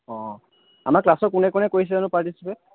অঁ আমাৰ ক্লাছৰ কোনে কোনে কৰিছে জানো পাৰ্টিচিপেট